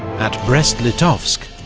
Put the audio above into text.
at brest-litovsk,